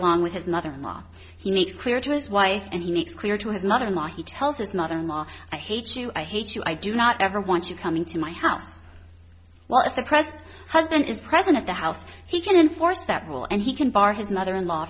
along with his mother in law he makes clear to his wife and he makes clear to his mother in law he tells his mother in law i hate you i hate you i do not ever want you coming to my house well if the present husband is present at the house he can enforce that rule and he can bar his mother in law